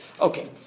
Okay